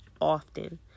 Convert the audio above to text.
often